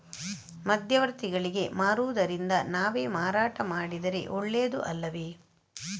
ಮಧ್ಯವರ್ತಿಗಳಿಗೆ ಮಾರುವುದಿಂದ ನಾವೇ ಮಾರಾಟ ಮಾಡಿದರೆ ಒಳ್ಳೆಯದು ಅಲ್ಲವೇ?